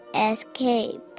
escape